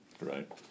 right